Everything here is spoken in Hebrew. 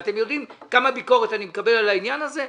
ואתם יודעים כמה ביקורת אני מקבל על העניין הזה,